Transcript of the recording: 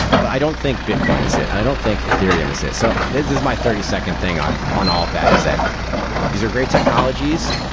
but i don't think bitcoin is it, and i don't think ethereum is it. so this is my thirty second thing on on all of that is that these are great technologies,